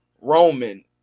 Roman